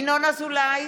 ינון אזולאי,